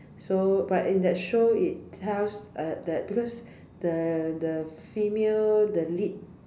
so but in that show it tells uh that because the the female the lead